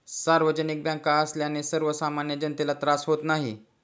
सार्वजनिक बँका असल्याने सर्वसामान्य जनतेला त्रास होत नाही